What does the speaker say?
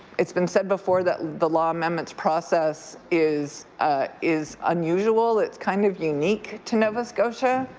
it's been said before that the law amendments process is is unusual, it's kind of unique to nova scotia.